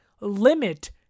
limit